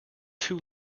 too